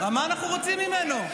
מה אנחנו רוצים ממנו?